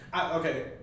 okay